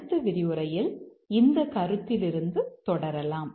அடுத்த விரிவுரையில் இந்த கருத்திலிருந்து தொடரலாம்